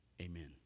Amen